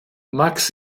max